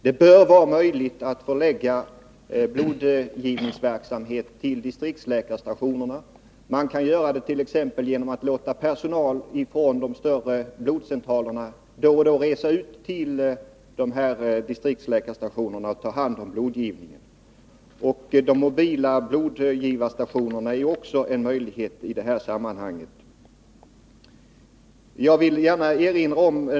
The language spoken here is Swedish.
Det bör vara möjligt att förlägga blodgivningsverksamhet till distriktsläkarstationerna, t.ex. genom att man låter personal från de större blodcentralerna då och då resa ut till distriktsläkarstationerna för att ta hand om blodgivningen. De mobila blodgivarstationerna är också en möjlighet i det här sammanhanget.